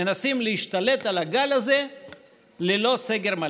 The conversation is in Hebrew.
מנסים להשתלט על הגל הזה ללא סגר מלא.